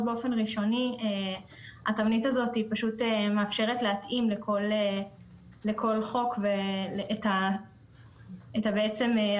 באופן ראשוני התבנית הזאת מאפשרת להתאים לכל חוק את העבירות